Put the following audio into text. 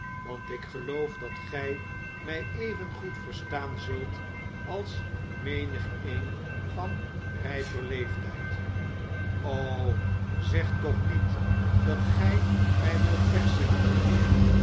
want ik geloof dat gij mij evengoed verstaan zult als menigeen van rijper leeftijd o zeg toch niet dat gij mij wilt wegzenden mijnheer